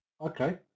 Okay